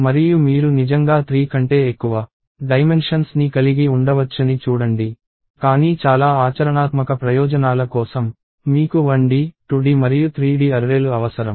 మరియు మీరు నిజంగా 3 కంటే ఎక్కువ డైమెన్షన్స్ ని కలిగి ఉండవచ్చని చూడండి కానీ చాలా ఆచరణాత్మక ప్రయోజనాల కోసం మీకు 1D 2D మరియు 3D అర్రేలు అవసరం